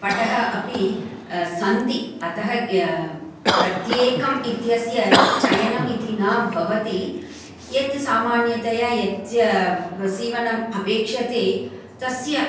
पटः अपि सन्ति अतः प्रत्येकम् इत्यस्य चयनं इति न भवति यत् सामान्यतया यच्च ब् सीवनम् अपेक्ष्यते तस्य